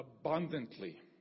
abundantly